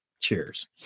Cheers